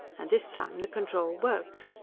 and this time the control worked.